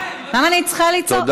למה אני צריכה לצעוק?